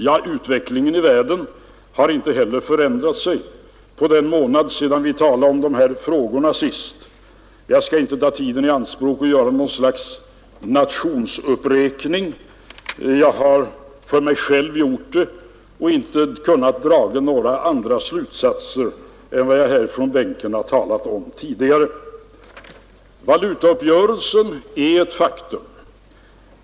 Ja, utvecklingen i världen har inte heller förändrats på den månad som gått sedan vi sist diskuterade de här frågorna. Jag skall inte ta tiden i anspråk med att göra något slags nationsuppräkning; jag har gjort det för mig själv och inte kunnat dra några andra slutsatser än den jag tidigare redovisat här i kammaren. Valutauppgörelsen är ett faktum.